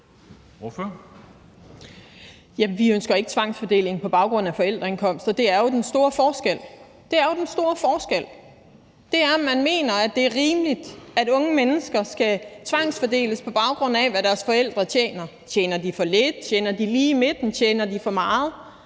Vi ønsker ikke tvangsfordeling på baggrund af forældreindkomst, og det er jo den store forskel. Den store forskel er, om man mener, at det rimeligt, at unge mennesker skal tvangsfordeles, på baggrund af hvad deres forældre tjener. Tjener de for lidt? Tjener de lige midten? Tjener de for meget?